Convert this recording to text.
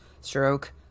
stroke